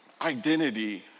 identity